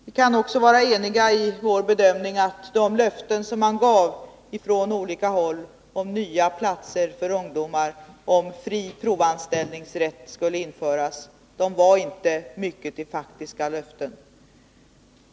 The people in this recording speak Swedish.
Vi kan också vara eniga i bedömningen att de löften som gavs från olika håll om nya platser för ungdomar, om fri provanställningsrätt infördes, inte var så mycket till löften.